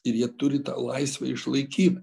ir jie turi tą laisvę išlaikyt